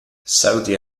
saudi